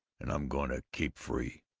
and i'm going to keep free.